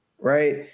right